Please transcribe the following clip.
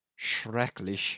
Schrecklich